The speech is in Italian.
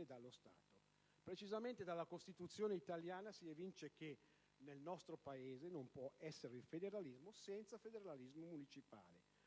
e dallo Stato». Precisamente dalla Costituzione italiana si evince che nel nostro Paese non può esservi il federalismo senza federalismo municipale;